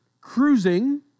cruising